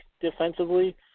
defensively